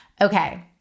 Okay